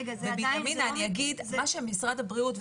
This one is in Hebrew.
מה שמשרד הבריאות,